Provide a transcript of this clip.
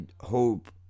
hope